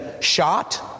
shot